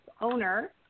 owner